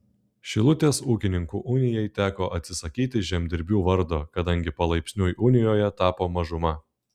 šilutės ūkininkų unijai teko atsisakyti žemdirbių vardo kadangi palaipsniui unijoje tapo mažuma